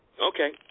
Okay